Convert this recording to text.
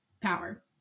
power